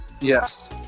Yes